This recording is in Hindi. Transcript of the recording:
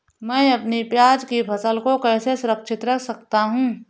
मैं अपनी प्याज की फसल को कैसे सुरक्षित रख सकता हूँ?